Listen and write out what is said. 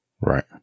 Right